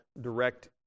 direct